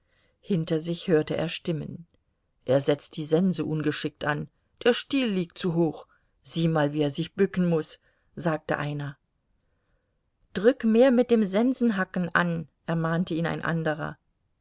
hinter sich hörte er stimmen er setzt die sense ungeschickt an der stiel liegt zu hoch sieh mal wie er sich bücken muß sagte einer drück mehr mit dem sensenhacken an ermahnte ihn ein andrer